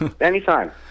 anytime